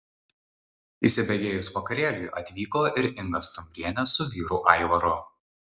įsibėgėjus vakarėliui atvyko ir inga stumbrienė su vyru aivaru